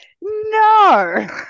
No